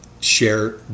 share